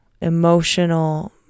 emotional